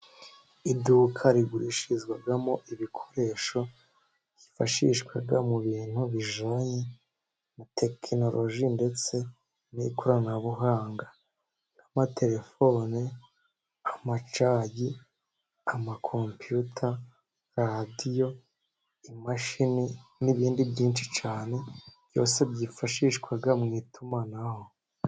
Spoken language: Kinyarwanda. Iduka rigurishirizwamo ibikoresho byifashishwa mu bintu bijyanye na tekinoroji ndetse nikoranabuhanga, nk'amaterefone, amacagi, amakompiyuta, radiyo imashini, n'ibindi byinshi cyane byose byifashishwa mu itumanaho.